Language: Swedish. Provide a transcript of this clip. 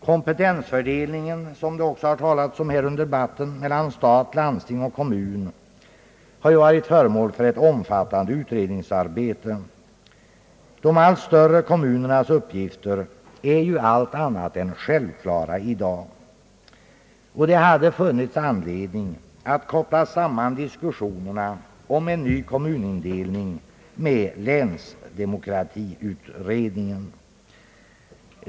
Kompetensfördelningen mellan stat, landsting och kommun, som det också har talats om här under debatten, har varit föremål för ett omfattande utredningsarbete. De allt större kommunernas uppgifter är allt annat än självklara i dag. Det har funnits anledning att koppla samman diskussionerna om en ny kommunindelning med länsdemokratiutredningens propåer.